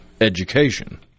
education